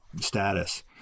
status